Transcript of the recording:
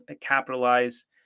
capitalize